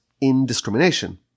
indiscrimination